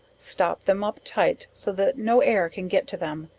stop them up tight so that no air can get to them,